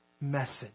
message